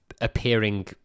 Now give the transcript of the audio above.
appearing